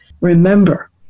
Remember